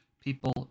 people